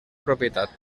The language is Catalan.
propietat